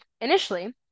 initially